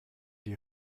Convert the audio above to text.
die